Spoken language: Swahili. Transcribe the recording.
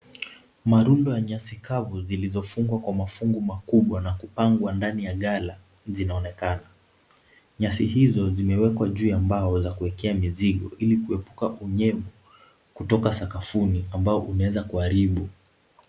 Marundo ya nyasi kavu zilizofungwa kwa mafungu mkubwa na kupangwa ndani ya gala, zinaonekana. Nyasi hizo zimewekwa juu ya mbao ya kuwekea mizigo, ili kuepuka unyevu kutoka sakafuni ambao unaweza kuharibu.